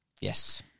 Yes